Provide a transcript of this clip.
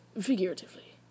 figuratively